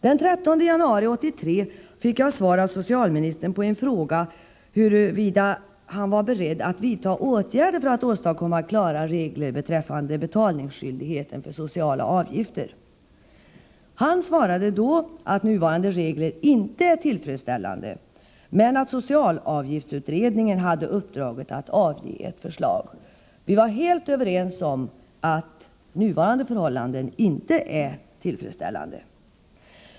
Den 13 januari 1983 fick jag svar av socialministern på en fråga huruvida han var beredd att vidta åtgärder för att åstadkomma klara regler beträffande betalningsskyldigheten för sociala avgifter. Han svarade då att nuvarande regler inte är tillfredsställande, men att socialavgiftsutredningen hade uppdraget att lägga fram ett förslag. Vi var helt överens om att nuvarande förhållanden inte är tillfredsställande.